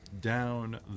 down